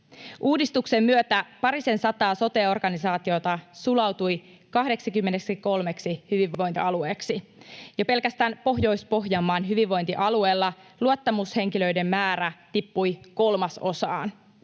Uudistuksen myötä parisensataa sote-organisaatiota sulautui 23 hyvinvointialueeksi. Jo pelkästään Pohjois-Pohjanmaan hyvinvointialueella luottamushenkilöiden määrä tippui kolmasosaan,